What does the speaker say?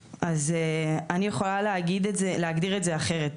אני יכולה להגדיר את זה אחרת.